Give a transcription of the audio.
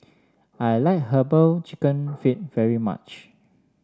I like herbal chicken feet very much